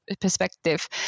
perspective